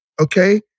okay